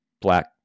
black